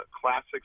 Classics